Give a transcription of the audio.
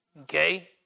Okay